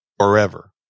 forever